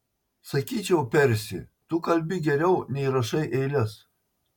sakyčiau persi tu kalbi geriau nei rašai eiles